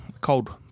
cold